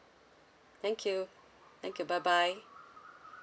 thank you thank you bye bye